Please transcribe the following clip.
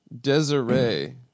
Desiree